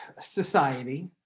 society